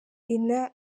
benin